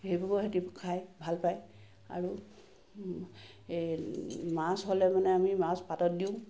সেইভাগৰ ইহঁতি খায় ভাল পায় আৰু মাছ হ'লে মানে আমি মাছ পাতত দিওঁ